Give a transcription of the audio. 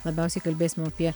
labiausiai kalbėsim apie